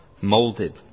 Molded